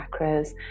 chakras